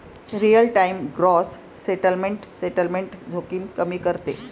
real time gross settlement settlement जोखीम कमी करते